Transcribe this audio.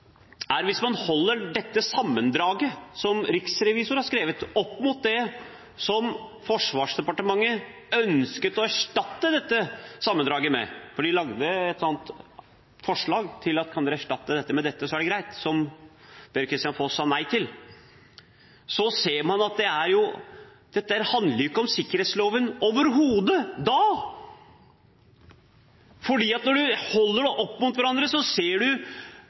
at hvis man holder det sammendraget som riksrevisor har skrevet, opp mot det som Forsvarsdepartementet ønsket å erstatte sammendraget med – for de laget et forslag og sa det ville være greit dersom man erstattet riksrevisors sammendrag med det, noe Per-Kristian Foss sa nei til – ser man at det overhodet ikke handler om sikkerhetsloven. Når man holder dem opp mot hverandre, ser